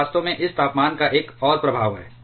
यह वास्तव में इस तापमान का एक और प्रभाव है